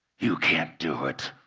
you can't do it.